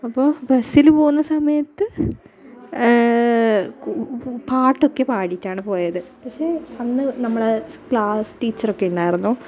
അപ്പോൾ ബസ്സിൽ പോകുന്ന സമയത്ത് പാട്ടൊക്കെ പാടിയിട്ടാണ് പോയത് പക്ഷെ അന്ന് നമ്മൾ ക്ലാസ് ടീച്ചറൊക്കെ ഉണ്ടായിരുന്നു